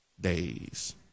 days